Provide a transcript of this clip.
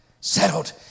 settled